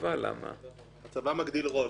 הצבא מגדיל ראש.